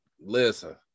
Listen